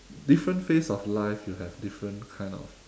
different phase of life you have different kind of